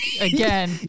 again